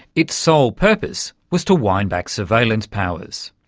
its sole purpose was to wind back surveillance powers.